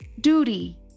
Duty